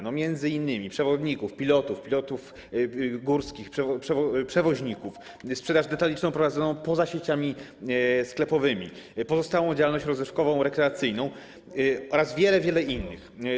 Chodzi m.in. o przewodników, pilotów, przewodników górskich, przewoźników, sprzedaż detaliczną prowadzoną poza sieciami sklepowymi, pozostałą działalność rozrywkową, rekreacyjną oraz wiele, wiele innych.